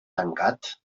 tancat